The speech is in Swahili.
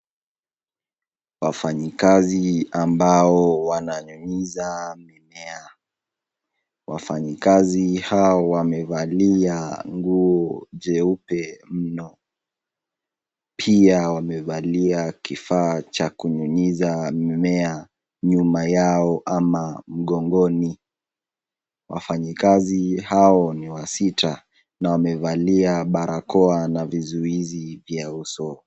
Wafanyikazi ambao wananyunyiza mimea. Wafanyikazi hao wamevalia nguo jeupe mno. Pia wamevalia kifaa cha kunyunyiza mimea nyuma yao ama mgongoni. Wafanyikazi hao ni wa sita na wamevalia barakoa na vizuizi vya uso